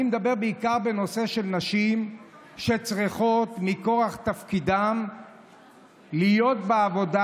אני מדבר בעיקר בנושא של נשים שצריכות מכוח תפקידן להיות בעבודה